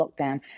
lockdown